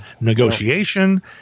negotiation